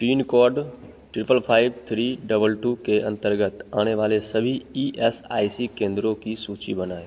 pin code triple five three double two के अंतर्गत आने वाले सभी ई एस आई सी केंद्रों की सूचि बनाएँ